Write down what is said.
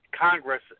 Congress